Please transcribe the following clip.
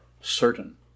certain